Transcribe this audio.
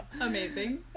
Amazing